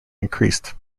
increased